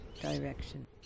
Direction